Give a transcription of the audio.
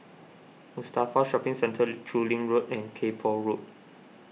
Mustafa Shopping Centre Chu Lin Road and Kay Poh Road